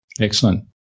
excellent